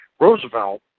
Roosevelt